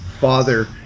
father